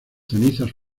cenizas